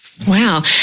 Wow